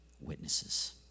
witnesses